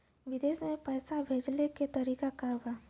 विदेश में पैसा भेजे के तरीका का बा?